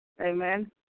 Amen